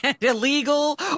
illegal